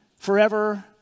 Forever